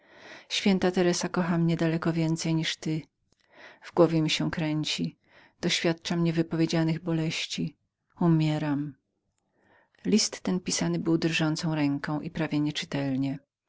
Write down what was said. święta teressa kocha mnie daleko więcej niż ty w głowie się kręci doświadczam niewypowiedzianych boleści umieram list ten pisany był drżącą ręką i prawie nieczytelnie